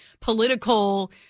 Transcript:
political